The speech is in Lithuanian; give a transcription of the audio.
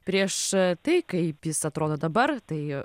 prieš tai kaip jis atrodo dabar tai